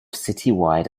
citywide